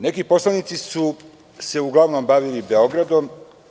Neki poslanici su se uglavnom bavili Beogradom.